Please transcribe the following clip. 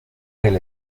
del